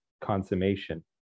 consummation